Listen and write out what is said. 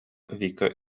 вика